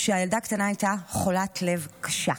הילדה הקטנה הייתה חולת לב קשה,